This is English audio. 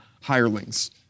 hirelings